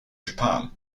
japan